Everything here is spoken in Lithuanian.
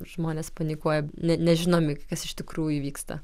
žmonės panikuoja ne nežinomi kas iš tikrųjų įvyksta